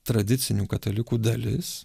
tradicinių katalikų dalis